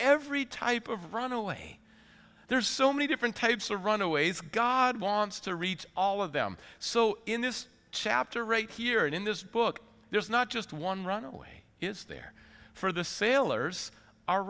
every type of runaway there's so many different types of runaways god wants to reach all of them so in this chapter right here in this book there is not just one run away is there for the sailors are